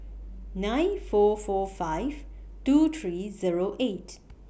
nine four four five two three Zero eight